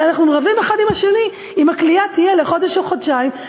אלא אנחנו רבים האחד עם השני אם הכליאה תהיה לחודש או לחודשיים.